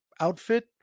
outfit